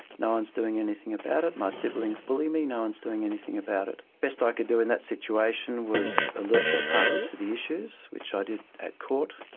no one is doing anything about it, my siblings bully me, no one is doing anything about it. the best i could do in that situation was alert the department to the issues, which i did at court.